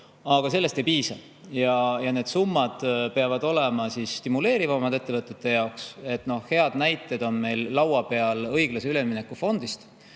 Aga sellest ei piisa. Need summad peavad olema stimuleerivamad ettevõtete jaoks. Head näited on meil laua peal õiglase ülemineku fondist,